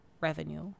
revenue